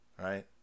right